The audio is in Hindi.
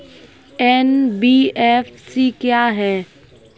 एन.बी.एफ.सी क्या है?